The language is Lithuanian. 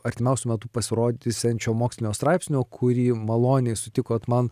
artimiausiu metu pasirodysiančio mokslinio straipsnio kurį maloniai sutikot man